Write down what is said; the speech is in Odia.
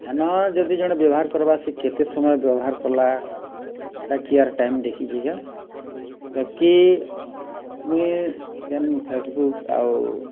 ହେନ ଯଦି ଜଣେ ବ୍ୟବହାର କର୍ବା ସେ କେତେ ସମୟ ବ୍ୟବହାର୍ କଲା ହେଟା କିଏ ଆର୍ ଟାଇମ୍ ଦେଖିଛେ କାଏଁ ବାକି ମୁଇଁ ଯେନ୍ ଫେସ୍ବୁକ୍ ଆଉ